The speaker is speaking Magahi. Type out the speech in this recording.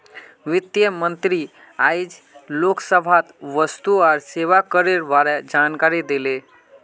वित्त मंत्री आइज लोकसभात वस्तु और सेवा करेर बारे जानकारी दिले